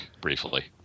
briefly